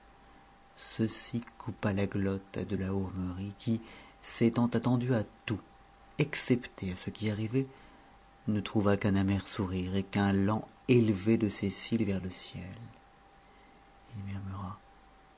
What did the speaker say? ceci coupa la glotte à de la hourmerie qui s'étant attendu à tout excepté à ce qui arrivait ne trouva qu'un amer sourire et qu'un lent élevé de ses cils vers le ciel il